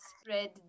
spread